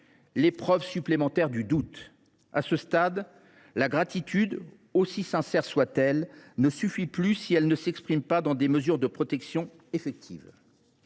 l’épreuve supplémentaire du doute ? À ce stade, la gratitude, aussi sincère soit elle, ne suffit plus si elle ne s’exprime pas par des mesures de protection effectives.